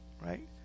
right